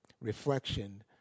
reflection